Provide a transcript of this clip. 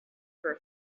for